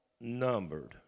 numbered